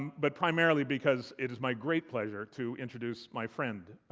but primarily because it is my great pleasure to introduce my friend,